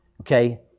Okay